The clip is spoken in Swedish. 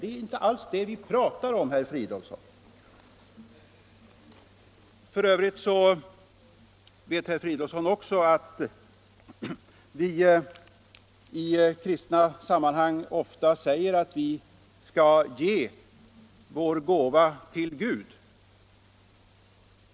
Det är ju inte ' alls det vi talar om, herr Fridolfsson! F. ö. vet herr Fridolfsson att det i kristna sammanhang ofta sägs att vi skall ge vår gåva till Gud.